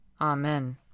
Amen